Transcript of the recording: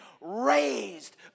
raised